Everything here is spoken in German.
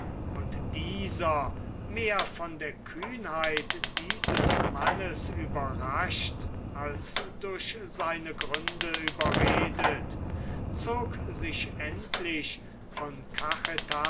und dieser mehr von der kühnheit dieses mannes überrascht als durch seine gründe überredet zog sich endlich von